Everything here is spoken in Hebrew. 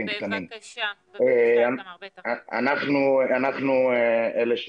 אנחנו אלה,